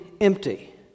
empty